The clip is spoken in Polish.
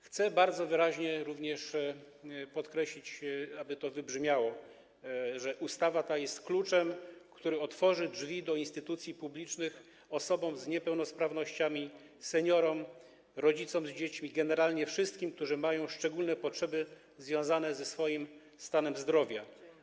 Chcę bardzo wyraźnie również podkreślić, tak aby to wybrzmiało, że ustawa ta jest kluczem, który otworzy drzwi do instytucji publicznych osobom z niepełnosprawnościami, seniorom, rodzicom z dziećmi, generalnie wszystkim, którzy mają szczególne potrzeby związane ze swoim stanem zdrowia.